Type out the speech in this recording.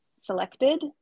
selected